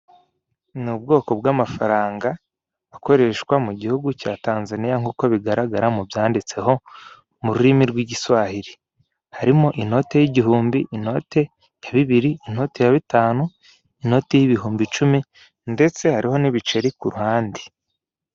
Ni ubwoko bw' amafaranga akoreshwa mugihugu cya Tanzaniya nkuko bigaragara mubyanditse aho mururimi rw' igiswahili, harimo inote y' igihumbi , inote ya bibiri, inote ya bitanu, inote y' ibihumbi icumi ndetse hariho n' ibiceri kuruhande .